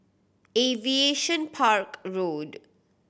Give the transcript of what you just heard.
Aviation Park Road